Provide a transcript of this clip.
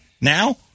now